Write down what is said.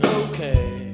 okay